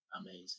Amazing